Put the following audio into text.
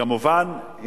כמובן,